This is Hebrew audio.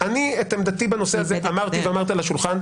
אני את עמדתי בנושא הזה אמרתי על השולחן.